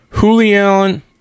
Julian